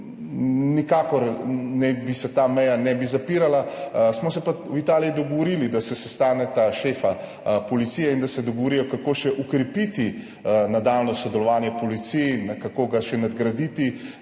nikakor se naj ta meja ne bi zapirala. Smo se pa v Italiji dogovorili, da se sestaneta šefa policije in da se dogovorijo, kako še okrepiti nadaljnje sodelovanje policiji, kako ga še nadgraditi.